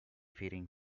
feeding